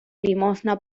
limosna